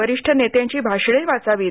वरिष्ठ नेत्यांची भाषणे वाचावीत